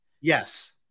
Yes